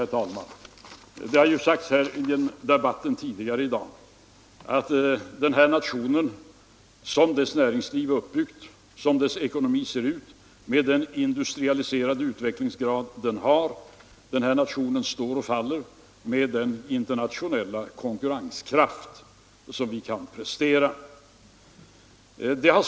Tidigare i debatten i dag har det ju sagts att den här nationen - som dess näringsliv är uppbyggt, som dess ekonomi ser ut, med den utvecklade industrialisering den har — står och faller med den internationella konkurrenskraft som den presterar.